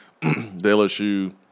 LSU